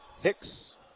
Hicks